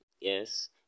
yes